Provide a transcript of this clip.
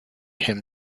him